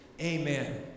Amen